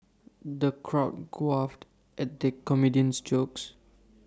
the crowd guffawed at the comedian's jokes